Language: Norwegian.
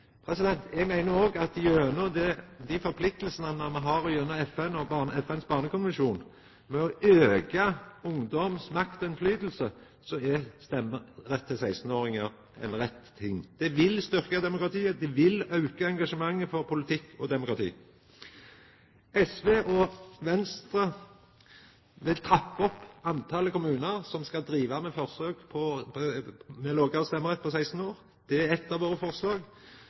meiner òg at gjennom dei forpliktingane me har gjennom FN og FNs barnekonvensjon, om å auka ungdoms makt og innverknad, er stemmerett for 16-åringar ein rett ting. Det vil styrkja demokratiet. Det vil auka engasjementet for politikk og demokrati. SV og Venstre vil trappa opp talet på kommunar som skal driva forsøk med lågare stemmerettsalder, 16 år. Det er det eine forslaget vårt. Det andre forslaget er